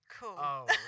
Cool